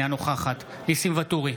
אינה נוכחת ניסים ואטורי,